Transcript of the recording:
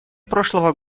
прошлого